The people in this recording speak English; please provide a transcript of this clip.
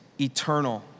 eternal